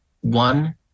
one